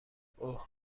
اوه